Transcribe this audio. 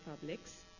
publics